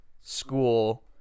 school –